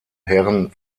herren